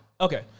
Okay